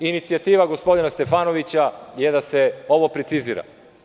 Inicijativa gospodina Stefanovića je da se ovo precizira.